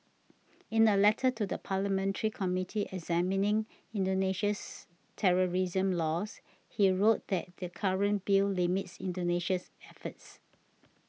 in a letter to the parliamentary committee examining Indonesia's terrorism laws he wrote that the current bill limits Indonesia's efforts